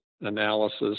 analysis